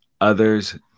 others